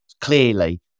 clearly